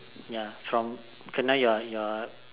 ya from kena you're you're